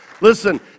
Listen